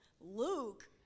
Luke